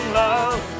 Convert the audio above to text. love